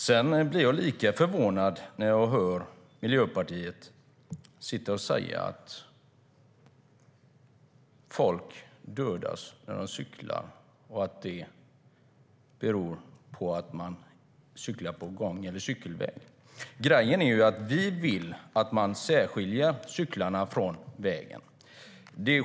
Jag blir dock förvånad när Miljöpartiet säger att folk dödas när de cyklar och att det beror på att de cyklar på gång eller cykelväg. Vi vill att man särskiljer cyklarna från vägen.